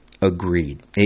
Agreed